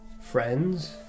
Friends